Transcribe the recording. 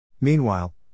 Meanwhile